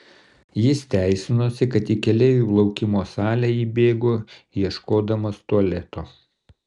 jis teisinosi kad į keleivių laukimo salę įbėgo ieškodamas tualeto